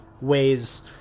ways